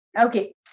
Okay